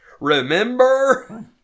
Remember